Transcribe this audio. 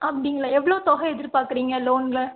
அப்படிங்களா எவ்வளோ தொகை எதிர்பார்க்குறீங்க லோனில்